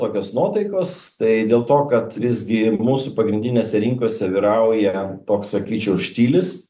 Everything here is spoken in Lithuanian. tokios nuotaikos tai dėl to kad visgi mūsų pagrindinėse rinkose vyrauja toks sakyčiau štilis